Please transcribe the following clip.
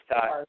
time